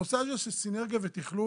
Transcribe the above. הנושא הזה של סינרגיה ותכלול,